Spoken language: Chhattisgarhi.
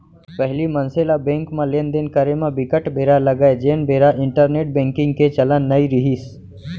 पहिली मनसे ल बेंक म लेन देन करे म बिकट बेरा लगय जेन बेरा इंटरनेंट बेंकिग के चलन नइ रिहिस